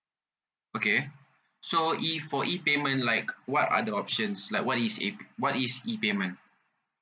okay so E for E payment like what are the options like what is E what is E payment